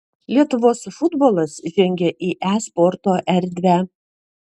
lietuvos futbolas žengia į e sporto erdvę